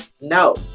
No